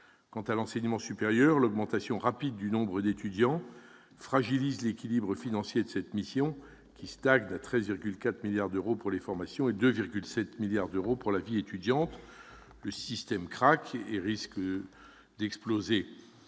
concerne l'enseignement supérieur, l'augmentation rapide du nombre d'étudiants fragilise l'équilibre financier de la mission, qui stagne à 13,4 milliards d'euros pour les formations et à 2,7 milliards d'euros pour la vie étudiante. Le système craque et risque d'exploser